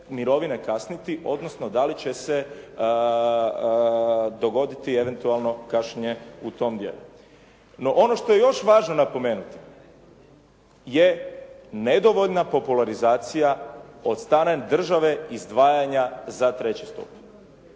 mirovine kasniti odnosno da li će se dogoditi eventualno kašnjenje u tom dijelu. No, ono što je još važno napomenuti je nedovoljna popularizacija od strane države izdvajanja za treći stup